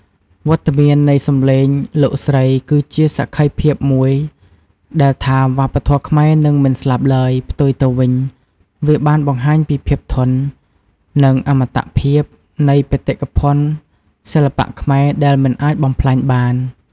វត្តមាននៃសំឡេងលោកស្រីគឺជាសក្ខីភាពមួយដែលថា វប្បធម៌ខ្មែរនឹងមិនស្លាប់ឡើយ ផ្ទុយទៅវិញ វាបានបង្ហាញពី ភាពធន់ និង អមតភាព នៃបេតិកភណ្ឌសិល្បៈខ្មែរដែលមិនអាចបំផ្លាញបាន។